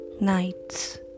nights